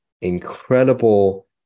incredible